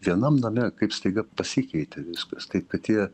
vienam name kaip staiga pasikeitė viskas taip kad tie